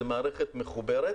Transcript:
זה מערכת מחוברת,